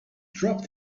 dropped